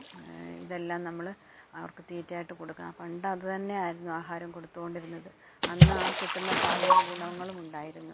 ഇതെല്ലാം നമ്മള് അവർക്ക് തീറ്റയായിട്ട് കൊടുക്കാ പണ്ടത് തന്നെ ആയിരുന്നു ആഹാരം കൊടുത്തുകൊണ്ടിരുന്നത് അന്നാ കിട്ടുന്ന പാലിന് ഗുണങ്ങളുമുണ്ടായിരുന്നു